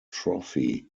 trophy